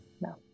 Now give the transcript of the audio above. no